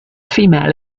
female